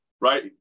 right